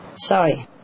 Sorry